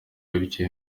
bityo